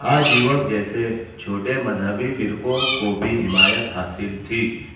آجیوک جیسے چھوٹے مذہبی فرقوں کو بھی حمایت حاصل تھی